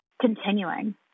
continuing